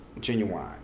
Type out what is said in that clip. Genuine